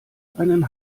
einen